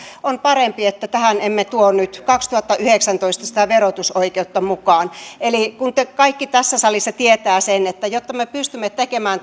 on parempi että tähän kokonaisuuteen emme tuo nyt kaksituhattayhdeksäntoista sitä verotusoikeutta mukaan eli kuten kaikki tässä salissa tietävät jotta me pystymme tekemään